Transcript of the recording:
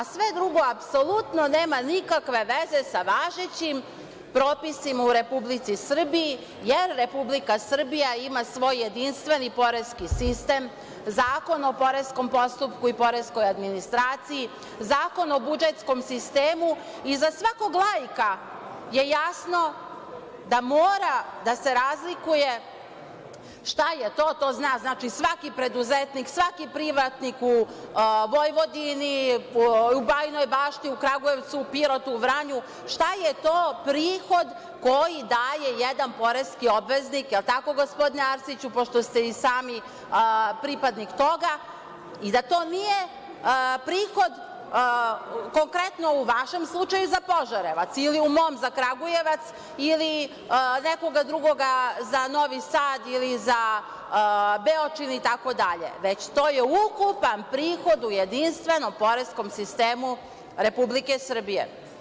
Sve drugo nema apsolutno nikakve veze sa važećim propisima u Republici Srbiji, jer Republika Srbija ima svoj jedinstveni poreski sistem, Zakon o poreskom postupku i poreskoj administraciji, Zakon o budžetskom sistemu i za svakog laika je jasno da mora da se razlikuje šta je to, to zna znači svaki preduzetnik, svaki privatnik u Vojvodini, u Bajinoj Bašti, u Kragujevcu, u Protu, Vranju, šta je to prihod koji daje jedan poreski obveznik, jel tako gospodine Arsiću, pošto ste i sami pripadnik toga, i da to nije prihod konkretno u vašem slučaju za Požarevac, ili u mom za Kragujevac, ili nekoga drugoga za Novi Sad, ili za Beočini, itd, već to je ukupan prihod u jedinstvenom poreskom sistemu Republike Srbije.